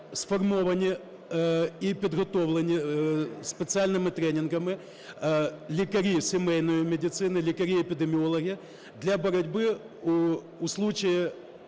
Сформовані і підготовлені спеціальними тренінгами лікарі сімейної медицини, лікарі-епідеміологи для боротьби у випадку,